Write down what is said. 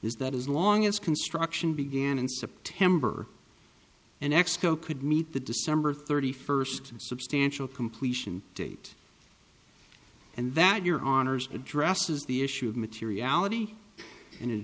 is that as long as construction began in september and exco could meet the december thirty first substantial completion date and that your honors addresses the issue of materiality and